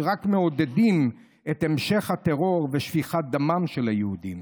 שרק מעודדים את המשך הטרור ושפיכת דמם של היהודים.